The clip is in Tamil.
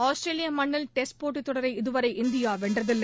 ஆஸ்திரேலிய மண்ணில் டெஸ்ட் போட்டித் தொடரை இதுவரை இந்தியா வென்றதில்லை